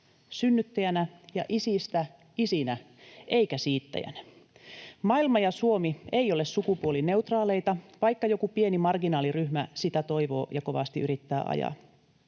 synnyttäjänä ja isistä isinä eikä siittäjinä. Maailma ja Suomi eivät ole sukupuolineutraaleita, vaikka joku pieni marginaaliryhmä sitä toivoo ja kovasti yrittää ajaa.